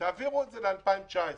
תעבירו את זה ל-2019.